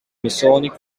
masonic